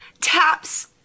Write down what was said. taps